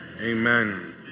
Amen